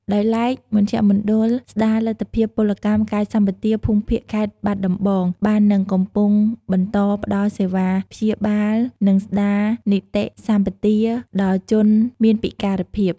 ដោយឡែក មជ្ឈមណ្ឌលស្ដារលទ្ធភាពពលកម្មកាយសម្បទាភូមិភាគ ខេត្តបាត់ដំបងបាននឹងកំពុងបន្តផ្ដល់សេវាព្យាបាល និងស្ដារនិតិសម្បទាដល់ជនមានពិការភាព។